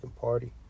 party